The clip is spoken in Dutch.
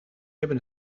hebben